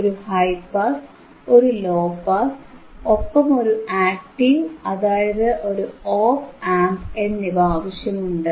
ഒരു high pass ഒരു low pass ഒപ്പം ഒരു ആക്ടീവ് അതായത് ഒരു ഓപ് ആംപ് എന്നിവ ആവശ്യമുണ്ട്